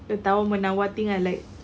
the tawar-menawar thing ah like